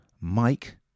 Mike